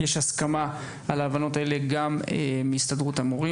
יש הסכמה על ההבנות האלה גם עם הסתדרות המורים,